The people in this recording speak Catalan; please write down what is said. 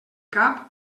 cap